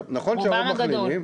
רובם הגדול.